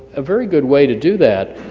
a very good way to do that